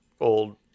old